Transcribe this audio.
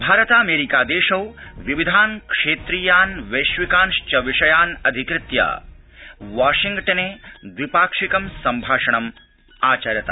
भारतामेरिका देशौ विविधान क्षेत्रीयान वैश्विकांश्व विषयान अधिकत्य वॉशिंग्टने द्वि पाक्षिक सम्भाषणमाचरत